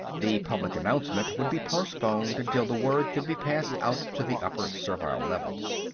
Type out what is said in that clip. the public announcement would be postponed until the word could be passed out to the upper servile levels.